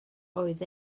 oedd